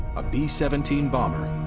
a b seventeen bomber,